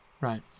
Right